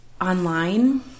online